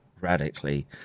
radically